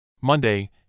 Monday